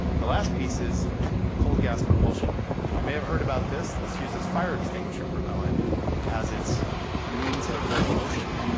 the last piece is the cold gas propulsion unit. now, and and you may have heard about this. this uses fire extinguisher propellant as its means of locomotion,